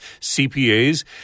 CPAs